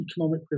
economic